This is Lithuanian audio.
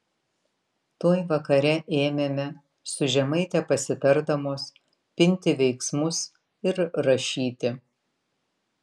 tuoj vakare ėmėme su žemaite pasitardamos pinti veiksmus ir rašyti